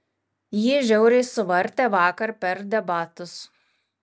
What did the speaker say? jį žiauriai suvartė vakar per debatus